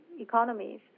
economies